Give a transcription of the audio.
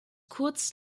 kurz